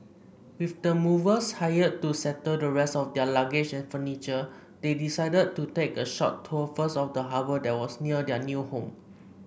with the movers hired to settle the rest of their luggage and furniture they decided to take a short tour first of the harbour that was near their new home